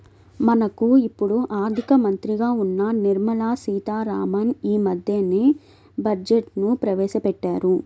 మనకు ఇప్పుడు ఆర్థిక మంత్రిగా ఉన్న నిర్మలా సీతారామన్ యీ మద్దెనే బడ్జెట్ను ప్రవేశపెట్టారు